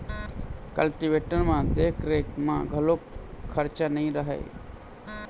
cultivator म देख रेख म घलोक खरचा नइ रहय